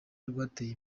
rwateye